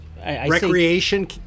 Recreation